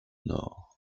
nord